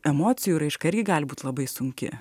emocijų raiška irgi gali būt labai sunki